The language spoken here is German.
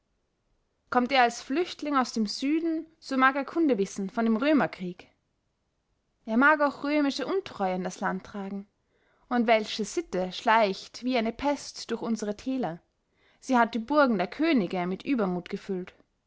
kommt er als flüchtling aus dem süden so mag er kunde wissen von dem römerkrieg er mag auch römische untreue in das land tragen die welsche sitte schleicht wie eine pest durch unsere täler sie hat die burgen der könige mit übermut gefüllt